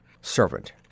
Servant